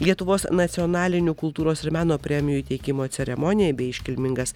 lietuvos nacionalinių kultūros ir meno premijų įteikimo ceremonija bei iškilmingas